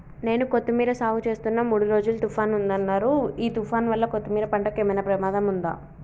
నేను కొత్తిమీర సాగుచేస్తున్న మూడు రోజులు తుఫాన్ ఉందన్నరు ఈ తుఫాన్ వల్ల కొత్తిమీర పంటకు ఏమైనా ప్రమాదం ఉందా?